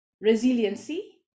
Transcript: resiliency